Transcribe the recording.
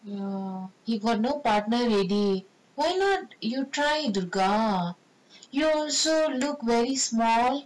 ya he got no partner already why not you try dudar you also look very small